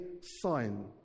sign